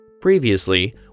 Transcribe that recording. Previously